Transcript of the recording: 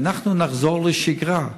שאנחנו נחזור לשגרה,